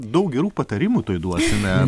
daug gerų patarimų tuoj duosime